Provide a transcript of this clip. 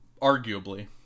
arguably